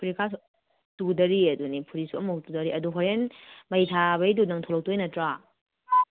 ꯐꯨꯔꯤꯠꯀꯥꯁꯨ ꯇꯨꯗꯔꯤꯌꯦ ꯑꯗꯨꯅꯦ ꯐꯨꯔꯤꯠꯁꯨ ꯑꯃ ꯐꯥꯎ ꯇꯨꯗꯔꯤ ꯑꯗꯨ ꯍꯣꯔꯦꯟ ꯃꯩ ꯊꯥꯕꯩꯗꯨ ꯅꯪ ꯊꯣꯛꯂꯛꯇꯣꯏ ꯅꯠꯇ꯭ꯔꯣ